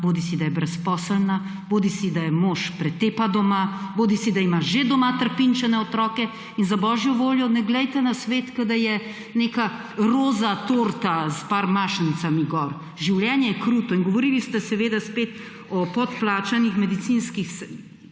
bodisi da je brezposelna, bodisi da jo mož pretepa doma, bodisi da ima že doma trpinčene otroke in za božjo voljo ne glejte na svet, kot da je neka roza torta s par mašnicami gor. Življenje je kruto. Govorili ste seveda spet o podplačanih medicinskih